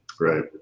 Right